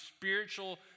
spiritual